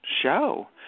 show